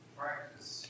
practice